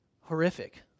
horrific